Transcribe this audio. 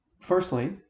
firstly